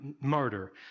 murder